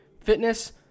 fitness